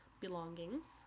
belongings